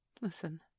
Listen